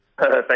Thanks